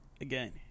again